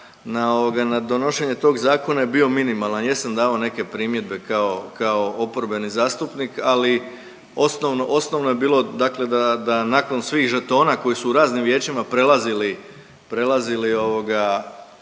na donošenje tog zakona je bio minimalan. Jesam davao neke primjedbe kao, kao oporbeni zastupnik ali osnovno, osnovno je bilo dakle da, da nakon svih žetona koji su u raznim vijećima prelazili, prelazili ovoga